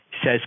says